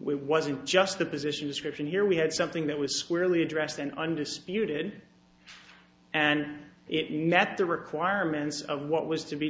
we wasn't just the position description here we had something that was squarely addressed and undisputed and it met the requirements of what was to be